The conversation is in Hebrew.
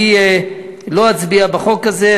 לא אצביע עכשיו בחוק הזה.